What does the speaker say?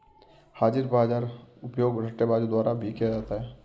हाजिर बाजार का उपयोग सट्टेबाजों द्वारा भी किया जाता है